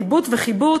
ליבוט וחיבוט,